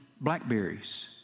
blackberries